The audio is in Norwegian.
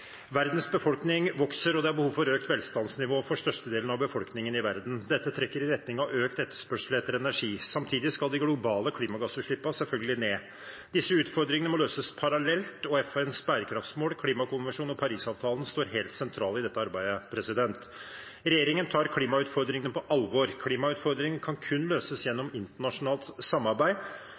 Verdens befolkning vokser, og det er behov for økt velstandsnivå for størstedelen av befolkningen i verden. Dette trekker i retning av økt etterspørsel etter energi. Samtidig skal de globale klimagassutslippene selvfølgelig ned. Disse utfordringene må løses parallelt, og FNs bærekraftsmål, klimakonvensjonen og Parisavtalen står helt sentralt i dette arbeidet. Regjeringen tar klimautfordringene på alvor. Klimautfordringene kan kun løses gjennom internasjonalt samarbeid,